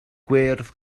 gwyrdd